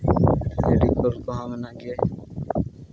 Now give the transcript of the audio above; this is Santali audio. ᱠᱚᱦᱚᱸ ᱢᱮᱱᱟᱜ ᱜᱮᱭᱟ